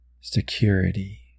security